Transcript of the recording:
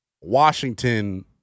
Washington –